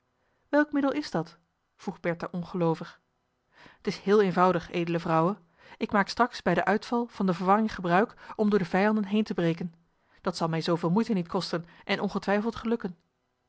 welk middel is dat vroeg bertha ongeloovig t is heel eenvoudig edele vrouwe ik maak straks bij den uitval van de verwarring gebruik om door de vijanden heen te breken dat zal mij zooveel moeite niet kosten en ongetwijfeld gelukken